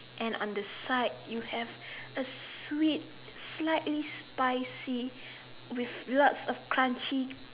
and on the side you have a sweet slight spicy with lots of crunchy